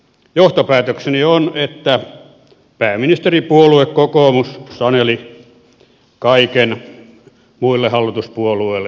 johtopäätökseni on että pääministeripuolue kokoomus saneli kaiken muille hallituspuolueille